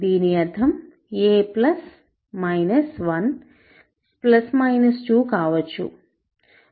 దీని అర్థం a plus minus 1ప్లస్ మైనస్ 2 కావచ్చు